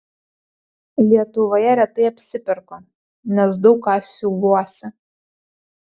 lietuvoje retai apsiperku nes daug ką siuvuosi